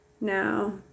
now